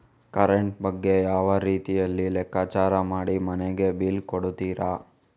Current ಬಗ್ಗೆ ಯಾವ ರೀತಿಯಲ್ಲಿ ಲೆಕ್ಕಚಾರ ಮಾಡಿ ಮನೆಗೆ ಬಿಲ್ ಕೊಡುತ್ತಾರೆ?